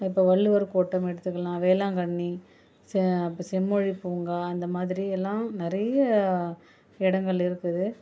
இப்போ வள்ளுவர் கோட்டம் எடுத்துக்கலாம் வேளாங்கண்ணி செ செம்மொழிபூங்கா அந்தமாதிரி எல்லாம் நிறைய இடங்கள் இருக்குது